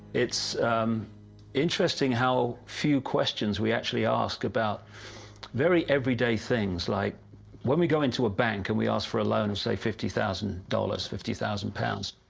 it's interesting how few questions we actually ask about very everyday things, like when we go into a bank and we ask for a loan, and say fifty thousand dollars, fifty thousand pounds.